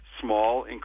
small